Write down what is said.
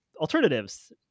alternatives